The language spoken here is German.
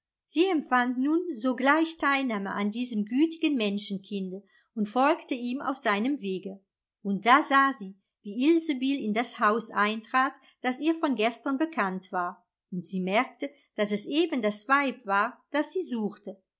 sie empfand nun sogleich an diesem gütigen menschenkinde und folgte ihm auf seinem wege und da sah sie wie ilsebill in das haus eintrat das ihr von gestern bekannt war und sie merkte daß es eben das weib war das sie suchte